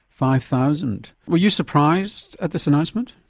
five thousand were you surprised at this announcement?